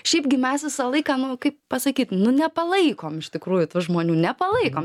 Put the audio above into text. šiaipgi mes visą laiką nu kaip pasakyt nu nepalaikom iš tikrųjų tų žmonių nepalaikom